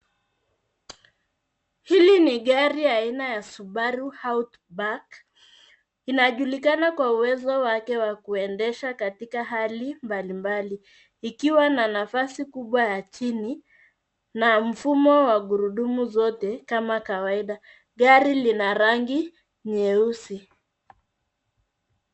Hili ni gari aina ya subaru outback. Inajulikana kwa uwezo wake wa kuendesha katika hali mbalimbali ikiwa na nafasi kubwa ya chini na mfumo wa gurudumu zote kama kawaida. Gari lina rangi nyeusi.